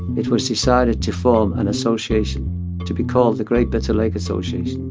it was decided to form an association to be called the great bitter lake association.